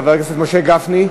חבר הכנסת משה גפני?